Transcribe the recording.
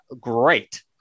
great